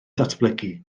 datblygu